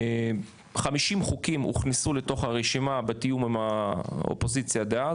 כ-50 חוקים הוכנסו לתוך הרשימה בתיאום עם האופוזיציה דאז,